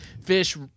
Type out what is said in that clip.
fish